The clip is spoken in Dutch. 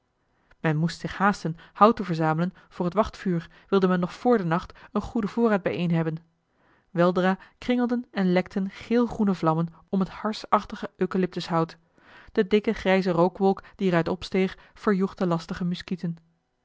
men moest zich haasten hout te verzamelen voor het wachtvuur wilde men nog vr den nacht een goeden voorraad bijeen hebben weldra kringelden en lekten geel groene vlammen om het harsachtige eucalyptushout de dikke grijze rookwolk die er uit opsteeg verjoeg de lastige muskieten